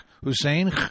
Hussein